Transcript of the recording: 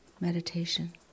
meditation